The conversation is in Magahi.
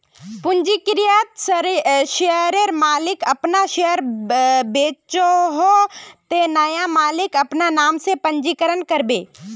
पंजीकृत शेयरर मालिक अपना शेयर बेचोह ते नया मालिक अपना नाम से पंजीकरण करबे